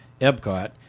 Epcot